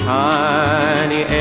tiny